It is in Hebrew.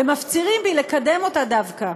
ומפצירים בי לקדם אותה דווקא.